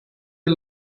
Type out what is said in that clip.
the